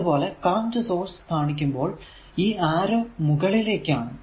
അതുപോലെ current source കാണിക്കുമ്പോൾ ഈ ആരോ മുകളിലേക്കാണ്